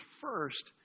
first